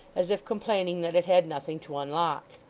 as if complaining that it had nothing to unlock.